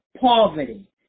poverty